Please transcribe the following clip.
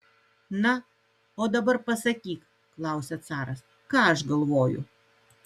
na o dabar pasakyk klausia caras ką aš galvoju